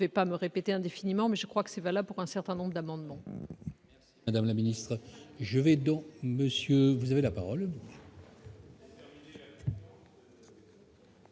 pas me répéter indéfiniment, mais je crois que cela vaut pour un certain nombre d'amendements.